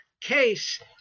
case